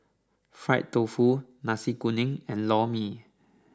Fried Tofu Nasi Kuning and Lor Mee